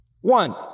One